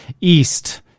east